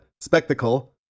spectacle